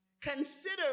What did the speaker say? Consider